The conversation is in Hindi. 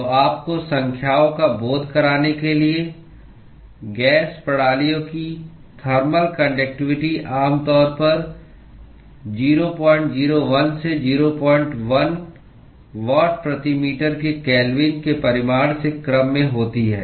तो आपको संख्याओं का बोध कराने के लिए गैस प्रणालियों की थर्मल कान्डक्टिवटी आमतौर पर 001 से 01 वाट प्रति मीटर केल्विन के परिमाण के क्रम में होती है